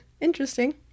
interesting